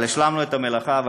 אבל השלמנו את המלאכה,